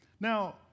Now